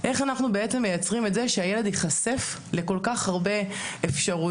איך אנחנו מייצרים את זה שהילד ייחשף לכל כך הרבה אפשרויות?